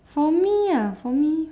for me ah for me